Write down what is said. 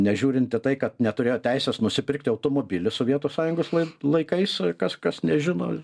nežiūrint į tai kad neturėjo teisės nusipirkti automobilius sovietų sąjungos laikais kas kas nežino